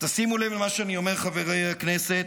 שימו לב למה שאני אומר, חברי הכנסת,